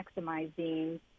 maximizing